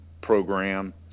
program